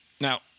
Now